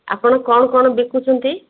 ଆପଣ କ'ଣ କ'ଣ ବିକୁଛନ୍ତି